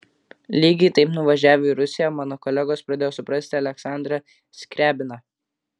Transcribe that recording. lygiai taip nuvažiavę į rusiją mano kolegos pradėjo suprasti aleksandrą skriabiną